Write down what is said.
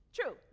True